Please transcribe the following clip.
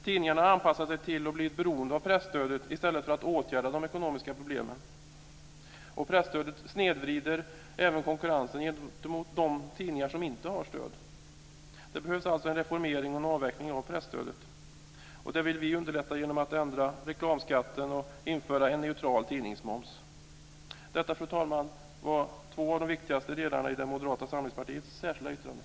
Tidningarna har anpassat sig till och blivit beroende av presstödet i stället för att åtgärda de ekonomiska problemen. Presstödet snedvrider även konkurrensen gentemot de tidningar som inte har stöd. Det behövs alltså en reformering och en avveckling av presstödet. Detta vill vi underlätta genom att ändra reklamskatten och införa en neutral tidningsmoms. Fru talman! Detta var två av de viktigaste delarna i Moderata samlingspartiets särskilda yttrande.